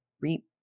reap